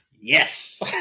Yes